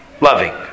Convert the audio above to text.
loving